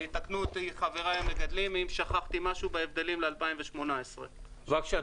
יתקנו אותי חבריי המגדלים אם שכחתי משהו בהבדלים לעומת 2018. בבקשה,